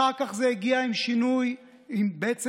רק כך נצליח להביא שינוי במדינת